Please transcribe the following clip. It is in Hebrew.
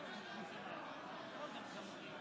אנחנו עוברים לסעיף